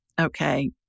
Okay